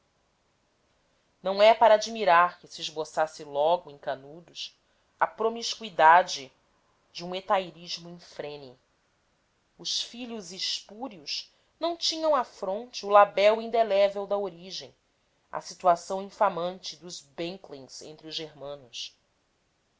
não é para admirar que se esboçasse logo em canudos a promiscuidade de um hetairismo infrene os filhos espúrios não tinham à fronte o labéu indelével da origem a situação infamante dos bnklings entre os germanos